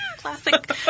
classic